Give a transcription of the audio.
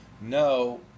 no